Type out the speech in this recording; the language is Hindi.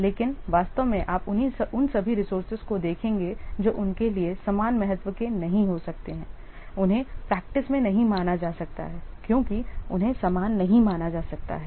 लेकिन वास्तव में आप उन सभी रिसोर्सेज को देखेंगे जो उनके लिए समान महत्व के नहीं हो सकते हैं उन्हें practice में नहीं माना जा सकता है क्योंकि उन्हें समान नहीं माना जा सकता है